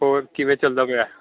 ਹੋਰ ਕਿਵੇਂ ਚੱਲਦਾ ਪਿਆ